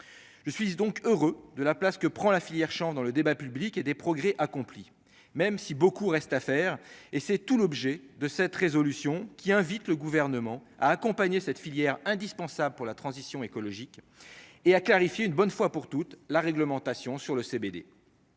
je suis donc heureux de la place que prend la filière chambre dans le débat public et des progrès accomplis, même si beaucoup reste à faire et c'est tout l'objet de cette résolution, qui invite le gouvernement à accompagner cette filière indispensable pour la transition écologique et à clarifier une bonne fois pour toute la réglementation sur le CBD,